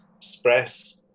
express